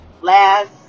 last